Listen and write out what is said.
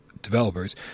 developers